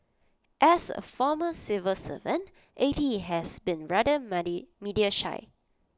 as A former civil servant A T has been rather money media shy